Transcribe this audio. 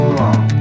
long